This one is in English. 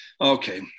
okay